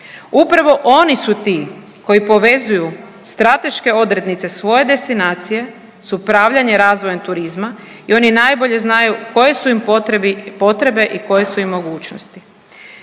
Upravo oni su ti koji povezuju strateške odrednice svoje destinacije s upravljanjem i razvojem turizma i oni najbolje znaju koje su im potrebi, potrebe i koje su im mogućnosti.